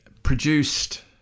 Produced